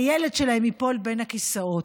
הילד שלהם ייפול בין הכיסאות.